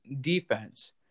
defense